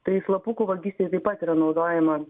tai slapukų vagystei taip pat yra naudojama